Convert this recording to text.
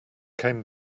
came